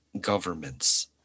governments